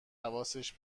حواسش